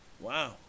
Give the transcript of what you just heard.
Wow